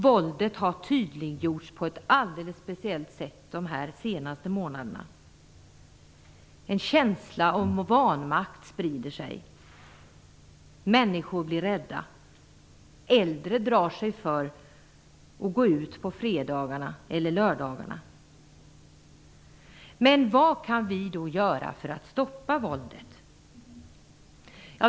Våldet har tydliggjorts på ett alldeles speciellt sätt de här senaste månaderna. En känsla av vanmakt sprider sig. Människor blir rädda. Äldre drar sig för att gå ut på fredagarna eller lördagarna. Vad kan vi då göra för att stoppa våldet?